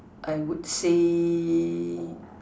I would say